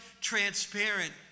transparent